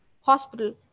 hospital